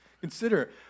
consider